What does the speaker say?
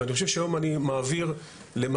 ואני חושב שהיום אני מעביר למחליפי,